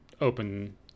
open